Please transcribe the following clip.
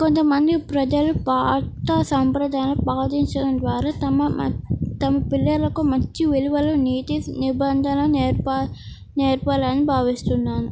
కొంతమంది ప్రజలు పాత సంప్రదాయాలు పాటించడం ద్వారా తమ మ తమ పిల్లలకు మంచి విలువలు నీతి నిబంధన నేర్ప నేర్పాలని భావిస్తున్నాను